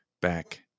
back